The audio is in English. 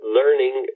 Learning